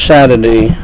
Saturday